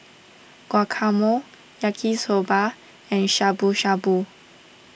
Guacamole Yaki Soba and Shabu Shabu